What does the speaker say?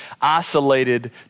isolated